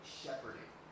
shepherding